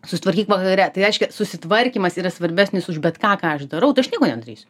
susitvarkyk vakare tai reiškia susitvarkymas yra svarbesnis už bet ką ką aš darau tai aš nieko nedarysiu